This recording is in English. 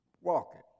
walking